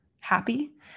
happy